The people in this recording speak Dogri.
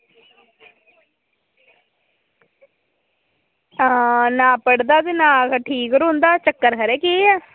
आं ना पढ़दा ते कदें ठीक रौंहदा चक्कर खबरै केह् ऐ